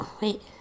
wait